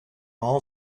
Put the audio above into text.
all